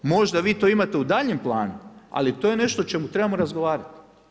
Možda vi to imate u daljnjem planu, ali to je nešto o čemu trebamo razgovarati.